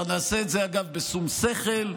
נעשה את זה בשום שכל,